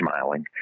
smiling